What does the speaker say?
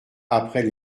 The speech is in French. après